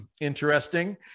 Interesting